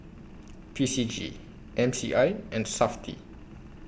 P C G M C I and Safti